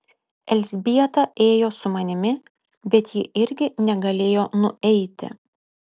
elzbieta ėjo su manimi bet ji irgi negalėjo nueiti